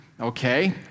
okay